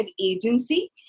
agency